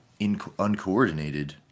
uncoordinated